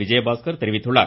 விஜயபாஸ்கர் தெரிவித்துள்ளார்